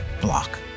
block